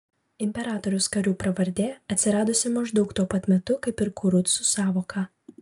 imperatoriaus karių pravardė atsiradusi maždaug tuo pat metu kaip ir kurucų sąvoka